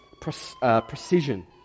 precision